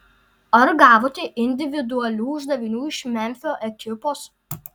ar gavote individualių uždavinių iš memfio ekipos